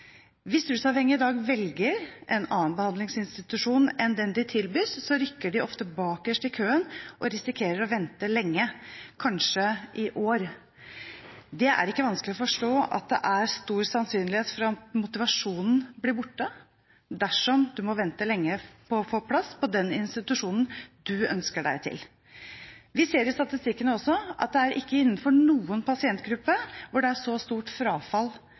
Hvis rusavhengige i dag velger en annen behandlingsinstitusjon enn den de tilbys, rykker de ofte bakerst i køen og risikerer å vente lenge, kanskje i år. Det er ikke vanskelig å forstå at det er stor sannsynlighet for at motivasjonen blir borte dersom man må vente lenge på å få plass på den institusjonen man ønsker seg til. Vi ser av statistikkene også at ikke innenfor noen pasientgruppe er det så stort frafall